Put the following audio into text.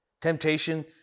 Temptation